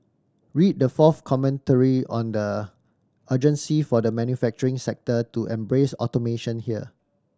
read the fourth commentary on the urgency for the manufacturing sector to embrace automation here